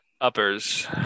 Uppers